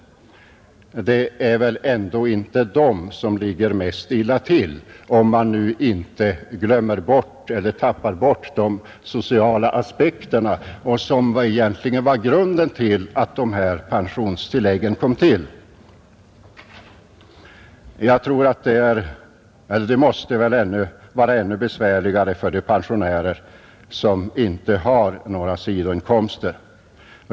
Det är väl ändå inte de som ligger mest illa till, om man nu inte tappar bort de sociala aspekter som egentligen var grunden till att dessa bostadstillägg kom till. Det måste väl vara ännu besvärligare för de pensionärer som inte har några sidoinkomster.